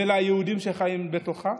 וליהודים שחיים בתוכה,